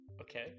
Okay